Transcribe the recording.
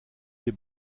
des